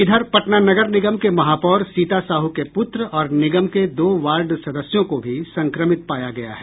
इधर पटना नगर निगम के महापौर सीता साहू के पुत्र और निगम के दो वार्ड सदस्यों को भी संक्रमित पाया गया है